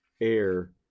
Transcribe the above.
air